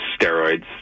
steroids